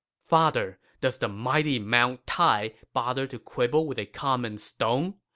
father, does the mighty mount tai bother to quibble with a common stone?